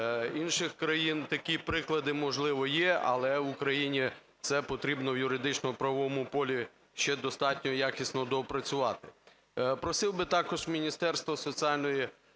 інших країн, такі приклади, можливо, є, але в Україні це потрібно в юридично-правовому полі ще достатньо якісно доопрацювати. Просив би також Міністерство соціальної